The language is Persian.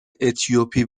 اتیوپی